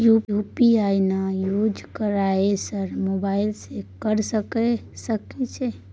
UPI ना use करवाएं sir mobile से कर सके सर?